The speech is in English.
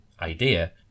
idea